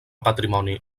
patrimoni